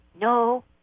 No